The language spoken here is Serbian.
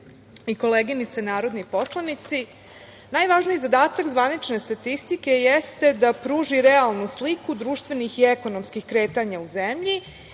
i koleginice narodni poslanici, najvažniji zadatak zvanične statistike jeste da pruži realnu sliku društvenih i ekonomskih kretanja u zemlji